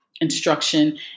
instruction